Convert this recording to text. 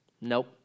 Nope